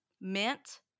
mint